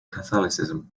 catholicism